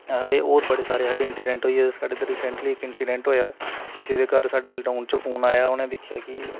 हाल्लें होर बड़े सारे हाल्ली इंसिडैंट होई गेदे साढ़े इद्धर रिसैंटली इक इसिडैंट होएआ किसै दे घर साढ़े टाउन च फोन आया उ'नें दिक्खेआ कि